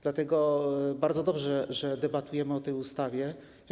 Dlatego bardzo dobrze, że debatujemy nad tą ustawą.